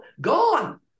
Gone